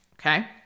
okay